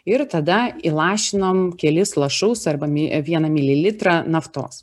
ir tada įlašinom kelis lašus arba mi e vieną mililitrą naftos